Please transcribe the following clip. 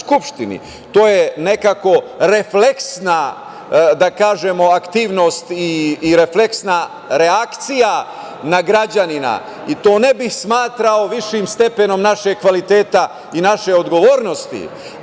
to je nekako refleksna aktivnost i refleksna reakcija na građanina i to ne bih smatrao višim stepenom našeg kvaliteta i naše odgovornosti,